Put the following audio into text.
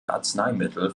arzneimittel